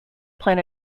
plan